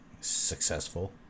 successful